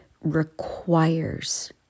requires